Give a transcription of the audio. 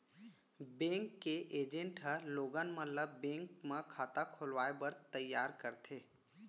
bank के agent ह लोगन मन ल बेंक म खाता खोलवाए बर तइयार करथे